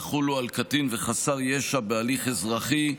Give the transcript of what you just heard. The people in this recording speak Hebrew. יחולו על קטין וחסר ישע בהליך אזרחי,